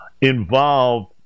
involved